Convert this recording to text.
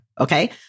Okay